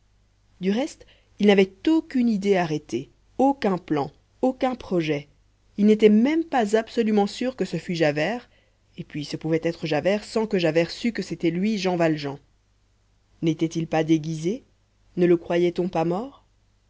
du reste il n'avait aucune idée arrêtée aucun plan aucun projet il n'était même pas absolument sûr que ce fût javert et puis ce pouvait être javert sans que javert sût que c'était lui jean valjean n'était-il pas déguisé ne le croyait-on pas mort